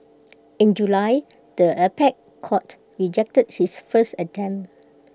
in July the apex court rejected his first attempt